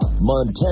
Montana